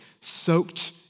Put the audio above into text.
soaked